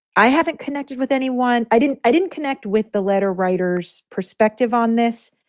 i haven't connected with anyone. i didn't i didn't connect with the letter writers perspective on this,